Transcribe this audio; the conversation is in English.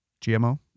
GMO